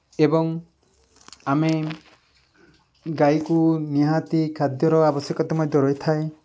ଏବଂ ଆମେ ଗାଈକୁ ନିହାତି ଖାଦ୍ୟର ଆବଶ୍ୟକତା ମଧ୍ୟ ରହିଥାଏ